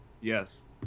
Yes